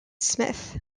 smith